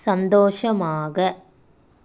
சந்தோஷமாக